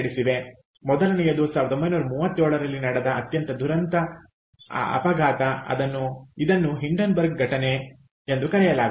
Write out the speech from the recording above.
ಮೊದಲನೆಯದು 1937 ರಲ್ಲಿ ನಡೆದ ಅತ್ಯಂತ ದುರಂತ ಅಪಘಾತ ಇದನ್ನು ಹಿಂಡೆನ್ಬರ್ಗ್ ಘಟನೆ ಎಂದು ಕರೆಯಲಾಗುತ್ತದೆ